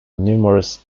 numerous